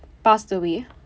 passed away